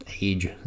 age